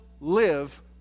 live